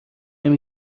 نمی